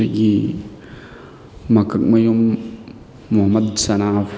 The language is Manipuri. ꯑꯗꯒꯤ ꯃꯀꯛꯃꯌꯨꯝ ꯃꯨꯍꯝꯃꯗ ꯖꯅꯥꯐ